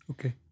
Okay